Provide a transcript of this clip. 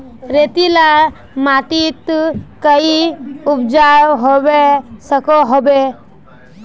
रेतीला माटित कोई उपजाऊ होबे सकोहो होबे?